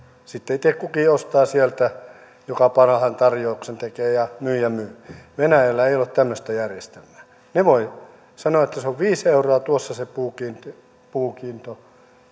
sitten itse kukin ostaa sieltä joka parhaan tarjouksen tekee ja myyjä myy venäjällä ei ole tämmöistä järjestelmää he voivat sanoa että se on viisi euroa tuossa se puukiinto